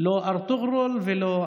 לא ארטואורול ולא,